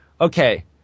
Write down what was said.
Okay